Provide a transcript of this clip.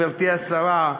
גברתי השרה,